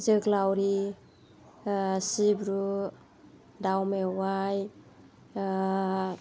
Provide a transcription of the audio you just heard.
जोगोलावरि सिब्रु दाउ मेवाय